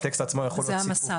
הטקסט עצמו יכול להיות סיפור,